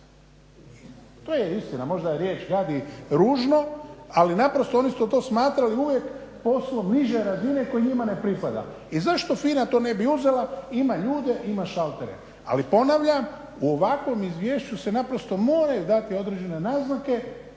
To je istina. Možda je riječ gadi ružno, ali naprosto oni su to smatrali uvijek poslom niže razine koji njima ne pripada. I zašto FINA to ne bi uzela, ima ljude, ima šaltere. Ali ponavljam u ovakvom Izvješću se naprosto moraju dati određene naznake